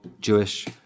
Jewish